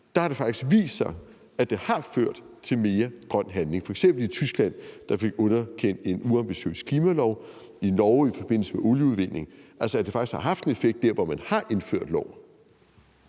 – har det faktisk vist sig, at det har ført til mere grøn handling, f.eks. i Tyskland, der fik underkendt en uambitiøs klimalov, og i Norge i forbindelse med olieudvindingen. Anerkender han altså, at det faktisk har haft en effekt der, hvor man har indført loven?